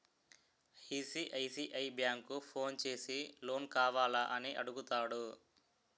ICICI bank phone చేసి loan కావాల అని అడుగుతాడు